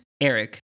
Eric